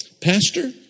Pastor